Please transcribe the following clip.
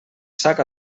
sac